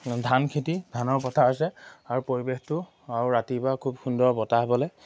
ধান খেতি ধানৰ পথাৰ আছে আৰু পৰিৱেশটো আৰু ৰাতিপুৱা খুব সুন্দৰ বতাহ বলে